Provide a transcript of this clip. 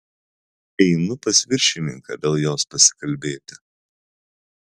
einu pas viršininką dėl jos pasikalbėti